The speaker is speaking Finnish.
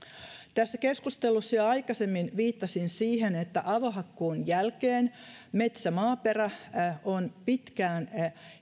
tässä keskustelussa jo aikaisemmin viittasin siihen että avohakkuun jälkeen metsän maaperä on pitkään